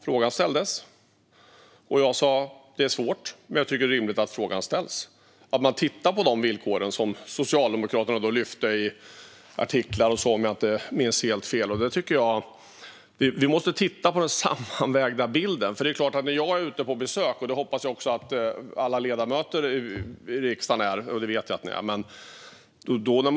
Jag sa att det är svårt men att jag tycker att det är rimligt att frågan ställs och att man tittar på de villkoren, vilket Socialdemokraterna lyfte i artiklar och så vidare, om jag inte minns helt fel. Jag tycker att vi måste titta på den sammanvägda bilden. Jag åker ut på besök, och det hoppas jag att alla ledamöter i riksdagen också gör. Ja, det vet jag att ni gör.